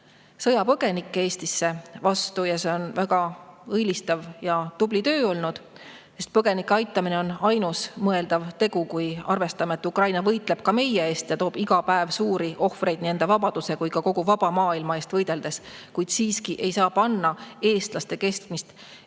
sõjapõgenikke. See on olnud väga õilistav ja tubli töö, sest põgenike aitamine on ainus mõeldav tegu, kui arvestame, et Ukraina võitleb ka meie eest ja toob iga päev suuri ohvreid nii enda vabaduse kui ka kogu vaba maailma eest võideldes. Kuid siiski ei saa panna eestlaste kestmise ülesannet